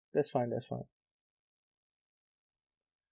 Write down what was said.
that's fine that's fine